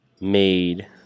made